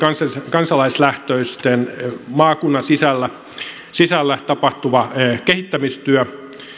kansalaislähtöinen maakunnan sisällä sisällä tapahtuva kehittämistyö